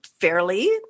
fairly